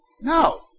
No